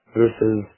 versus